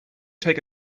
take